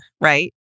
right